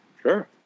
Sure